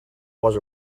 was